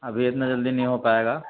ابھی اتنا جلدی نہیں ہو پائے گا